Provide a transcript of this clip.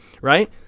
right